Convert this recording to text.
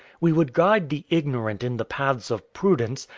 we would guide the ignorant in the paths of prudence,